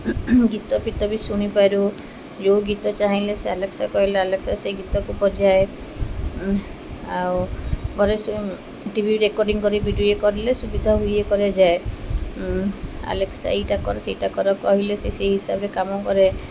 ଗୀତ ଫୀତ ବି ଶୁଣିପାରୁ ଯେଉଁ ଗୀତ ଚାହିଁଲେ ସେ ଆଲେକ୍ସା କହିଲେ ଆଲେକ୍ସା ସେ ଗୀତକୁ ବଯାଏ ଆଉ ଘରେ ସେ ଟି ଭି ରେକର୍ଡ଼ିଂ କରି ଭିଡ଼ିଓ କରିଲେ ସୁବିଧା ହୁଏ କରାଯାଏ ଆଲେକ୍ସା ଏଇଟା କର ସେଇଟା କର କହିଲେ ସେ ସେଇ ହିସାବରେ କାମ କରେ